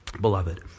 beloved